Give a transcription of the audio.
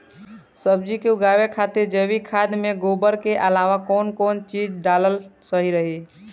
सब्जी उगावे खातिर जैविक खाद मे गोबर के अलाव कौन कौन चीज़ डालल सही रही?